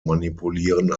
manipulieren